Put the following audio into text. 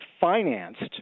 financed